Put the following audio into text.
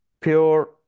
Pure